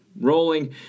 rolling